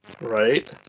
Right